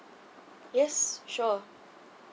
yes sure